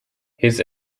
his